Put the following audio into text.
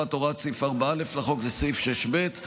הכפפת הוראת סעיף 4(א) לחוק לסעיף 6(ב),